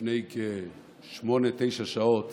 לפני כשמונה-תשע שעות